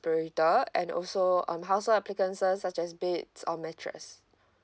respirator and also um household appliances such as beds or mattress